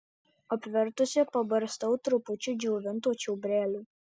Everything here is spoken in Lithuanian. apvertusi pabarstau trupučiu džiovinto čiobrelio